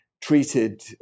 treated